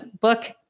book